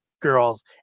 girls